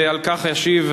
על כך ישיב,